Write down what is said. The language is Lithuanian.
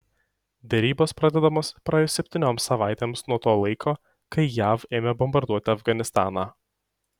derybos pradedamos praėjus septynioms savaitėms nuo to laiko kai jav ėmė bombarduoti afganistaną